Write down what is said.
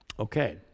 Okay